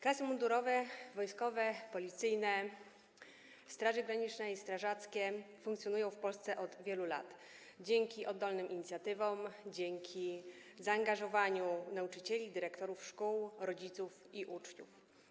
Klasy mundurowe, wojskowe, policyjne, Straży Granicznej i strażackie funkcjonują w Polsce od wielu lat dzięki oddolnym inicjatywom, dzięki zaangażowaniu nauczycieli, dyrektorów szkół, rodziców i uczniów.